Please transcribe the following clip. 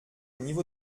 niveau